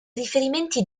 riferimenti